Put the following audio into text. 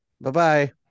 Bye-bye